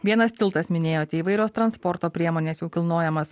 vienas tiltas minėjot įvairios transporto priemonės jau kilnojamas